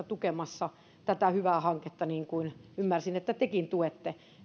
tukemassa tätä hyvää hanketta että olemme niin kuin ymmärsin että tekin olette